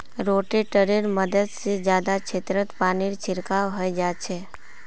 रोटेटरैर मदद से जादा क्षेत्रत पानीर छिड़काव हैंय जाच्छे